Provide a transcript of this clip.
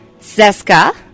Zeska